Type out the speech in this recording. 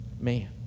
man